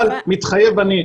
אבל מתחייב אני,